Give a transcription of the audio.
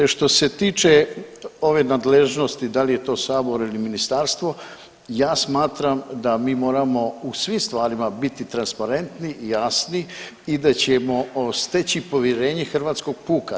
Što se tiče ove nadležnosti da li je to sabor ili ministarstvo, ja smatram da mi u svim stvarima moramo biti transparentni, jasni i da ćemo steći povjerenje hrvatskog puka.